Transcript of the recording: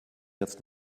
jetzt